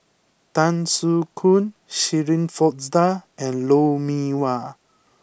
Tan Soo Khoon Shirin Fozdar and Lou Mee Wah